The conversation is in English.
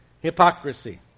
Hypocrisy